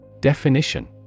Definition